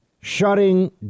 shutting